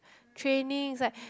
training is like